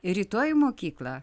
rytoj mokyklą